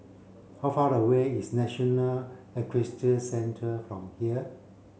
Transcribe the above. how far away is National Equestrian Centre from here